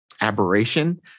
aberration